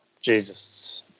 Jesus